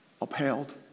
Upheld